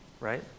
Right